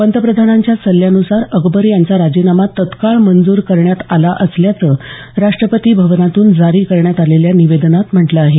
पंतप्रधानांच्या सल्ल्यानुसार अकबर यांचा राजीनामा तात्काळ मंजूर करण्यात आला असल्याचं राष्टपती भवनातून जारी करण्यात आलेल्या निवेदनात म्हटलं आहे